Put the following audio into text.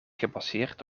gebaseerd